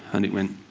and it went.